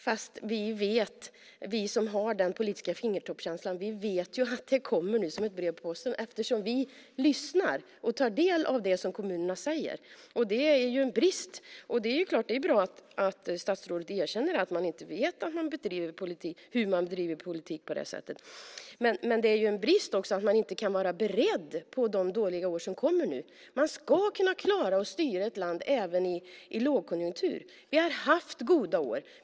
Fast vi som har den politiska fingertoppskänslan vet att det här kommer nu, som ett brev på posten, eftersom vi lyssnar och tar del av det som kommunerna säger. Det här är en brist. Det är bra att statsrådet erkänner att man inte vet hur man bedriver politik på det sättet, men det är ju också en brist att man inte kan vara beredd på de dåliga år som kommer nu. Man ska kunna klara att styra ett land även i lågkonjunktur. Vi har haft goda år.